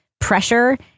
pressure